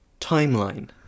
Timeline